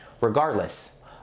Regardless